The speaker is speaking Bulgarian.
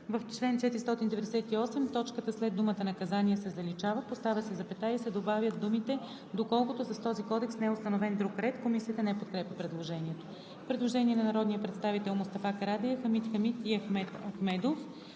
В чл. 498 точката след думата „наказания“ се заличава, поставя се запетая и се добавят думите „доколкото с този кодекс не е установен друг ред“.“ Комисията не подкрепя предложението. Предложение на народния представител Мустафа Карадайъ, Хамид Хамид и Ахмед Ахмедов: